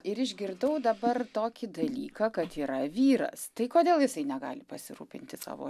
ir išgirdau dabar tokį dalyką kad yra vyras tai kodėl jisai negali pasirūpinti savo